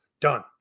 Done